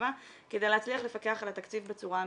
מרכב"ה כדי להצליח לפקח על התקציב בצורה אמינה.